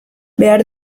behar